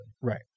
Right